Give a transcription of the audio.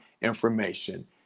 information